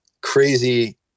crazy